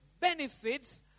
benefits